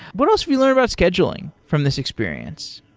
but also, we learned about scheduling from this experience.